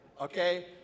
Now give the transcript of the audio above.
okay